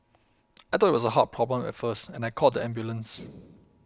I thought it was a heart problem at first and I called the ambulance